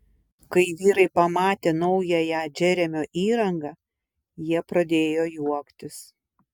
kai vyrai pamatė naująją džeremio įrangą jie pradėjo juoktis